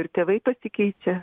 ir tėvai pasikeičia